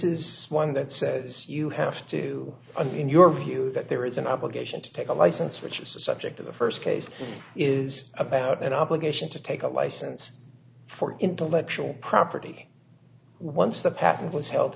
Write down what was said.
is one that says you have to agree in your view that there is an obligation to take a license which is the subject of the first case is about an obligation to take a license for intellectual property once the patent was he